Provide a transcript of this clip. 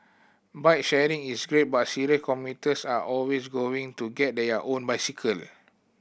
bike sharing is great but serious commuters are always going to get their own bicycle